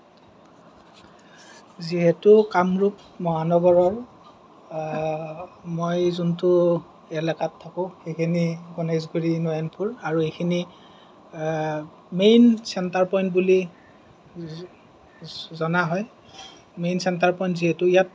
যিহেতু কামৰূপ মহানগৰৰ মই যোনটো এলেকাত থাকো সেইখিনি গণেশগুৰি নয়নপুৰ আৰু এইখিনি মেইন চেন্টাৰ পইন্ট বুলি জনা হয় মেইন চেন্টাৰ পইন্ট যিহেতু ইয়াত